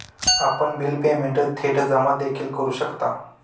आपण bill payment थेट जमा देखील करू शकता